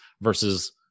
versus